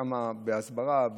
ושם זה בהסברה,